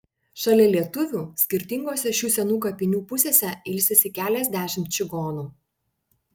šalia lietuvių skirtingose šių senų kapinių pusėse ilsisi keliasdešimt čigonų